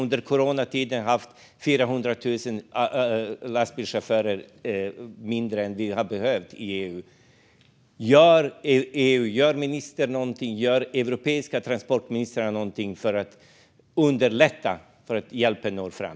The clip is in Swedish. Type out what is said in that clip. Under coronatiden fanns 400 000 färre lastbilschaufförer än vad vi hade behövt i EU. Gör ministern någonting? Gör de europeiska transportministrarna någonting för att underlätta så att hjälpen når fram?